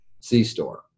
C-Store